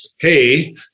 hey